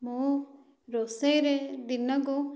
ମୁଁ ରୋଷେଇରେ ଦିନକୁ